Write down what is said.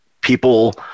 people